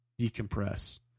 decompress